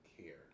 care